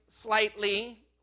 slightly